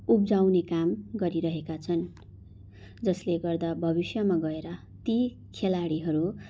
उब्जाउने काम गरिरहेका छन् जसले गर्दा भविष्यमा गएर ती खेलाडीहरू